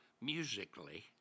musically